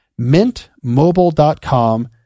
mintmobile.com